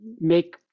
make